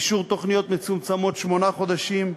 אישור תוכניות מצומצמות שמונה חודשים.